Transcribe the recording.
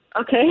Okay